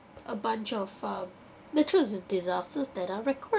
a bunch of um natural disasters that are recorded